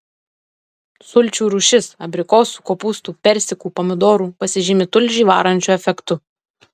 sulčių rūšis abrikosų kopūstų persikų pomidorų pasižymi tulžį varančiu efektu